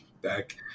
back